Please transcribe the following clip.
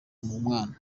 mwana